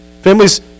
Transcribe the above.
Families